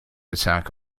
attack